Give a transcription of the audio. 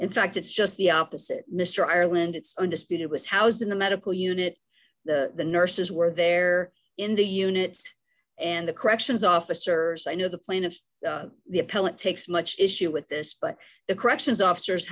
in fact it's just the opposite mr ireland it's undisputed was housed in the medical unit the nurses were there in the unit and the corrections officers i know the plaintiff the appellant takes much issue with this but the corrections officers